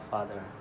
Father